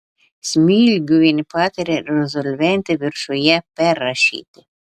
smilgiuvienė patarė rezolventę viršuje perrašyti